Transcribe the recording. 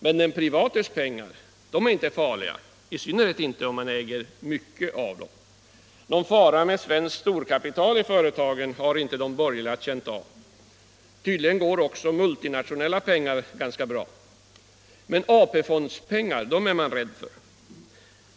Men den privates pengar är inte farliga, i synnerhet inte om han äger mycket av dem. Någon fara med svenskt storkapital har inte de borgerliga känt av. Tydligen går också multinationella pengar ganska bra. Men AP-fondspengar är man rädd för.